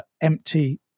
empty